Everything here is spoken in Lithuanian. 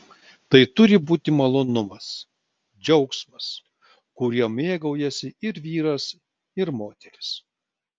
tai turi būti malonumas džiaugsmas kuriuo mėgaujasi ir vyras ir moteris